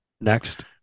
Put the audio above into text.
Next